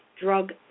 drug